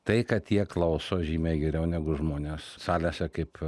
tai kad jie klauso žymiai geriau negu žmones salėse kaip